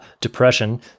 depression